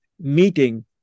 meeting